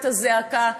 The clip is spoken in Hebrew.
את הזעקה,